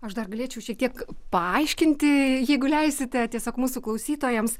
aš dar galėčiau šiek tiek paaiškinti jeigu leisite tiesiog mūsų klausytojams